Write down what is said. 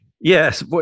Yes